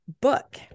book